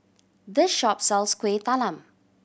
this shop sells Kuih Talam